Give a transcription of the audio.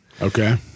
Okay